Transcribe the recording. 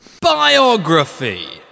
Biography